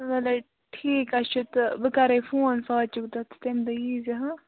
وَلٕے ٹھیٖک ہاے چھُ تہٕ بہٕ کَرے فون فاتحُک دۄہ تہٕ تَمہِ دۄہہ ییٖزِ